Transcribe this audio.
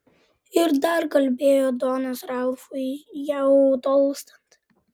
ir dar kalbėjo donas ralfui jau tolstant